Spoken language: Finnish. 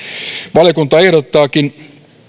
valiokunta ehdottaakin